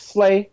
Slay